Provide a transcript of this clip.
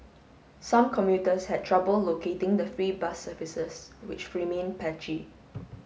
some commuters had trouble locating the free bus services which remain patchy